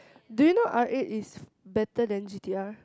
do you know R eight is better than G_T_R